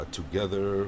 together